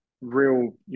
real